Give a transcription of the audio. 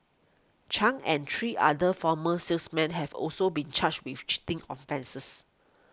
Chung and three other former salesmen have also been charged with cheating offences